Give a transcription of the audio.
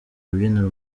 rubyiniro